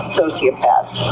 sociopaths